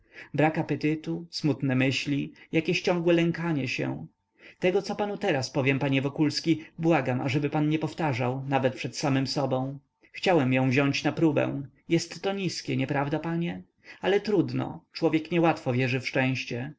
apetytu smutne myśli jakieś ciągłe lękanie się tego co panu teraz powiem panie wokulski błagam ażeby pan nie powtarzał nawet przed samym sobą chciałem ją wziąć na próbę jestto niskie nieprawda panie ale trudno człowiek niełatwo wierzy w szczęście